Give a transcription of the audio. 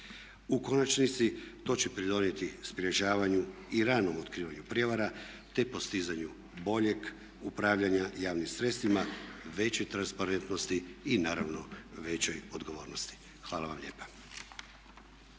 U konačnici to će pridonijeti sprječavanju i ranom otkrivanju prijevara te postizanju boljeg upravljanja javnim sredstvima, većoj transparentnosti i naravno većoj odgovornosti. Hvala vam lijepa.